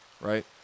Right